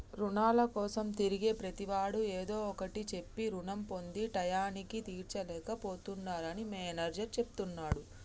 రుణాల కోసం తిరిగే ప్రతివాడు ఏదో ఒకటి చెప్పి రుణం పొంది టైయ్యానికి తీర్చలేక పోతున్నరని మేనేజర్ చెప్తున్నడు